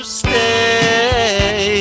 stay